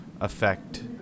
affect